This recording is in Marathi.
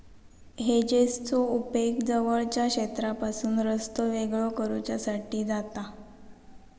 हेजेसचो उपेग जवळच्या क्षेत्रापासून रस्तो वेगळो करुच्यासाठी जाता